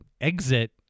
exit